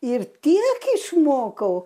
ir tiek išmokau